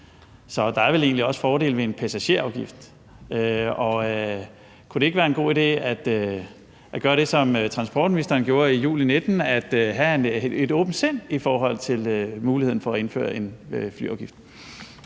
Så der er vel egentlig også fordele ved en passagerafgift. Kunne det ikke være en god idé at gøre det, som transportministeren gjorde i juli 2019, nemlig at have et åbent sind i forhold til muligheden for at indføre en flyafgift?